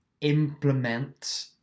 implement